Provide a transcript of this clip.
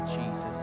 Jesus